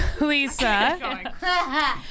Lisa